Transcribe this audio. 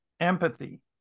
empathy